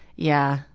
yeah.